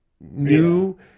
new